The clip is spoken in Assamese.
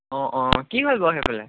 অঁ অঁ কি হৈ গ'ল সেইফালে